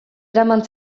eraman